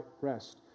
rest